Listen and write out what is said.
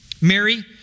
Mary